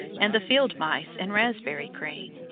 and the field mice and raspberry cream.